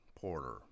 Porter